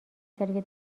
ساله